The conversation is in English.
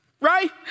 right